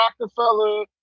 Rockefeller